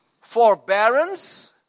forbearance